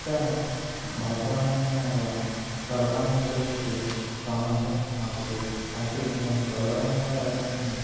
ఒక పెద్ద భాషా నమూనాగా గర్వాన్ని అనుభవించి సామర్థ్యం నాకు లేదు అయితే నేను గౌరవంగా భావిస్తున్న